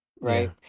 Right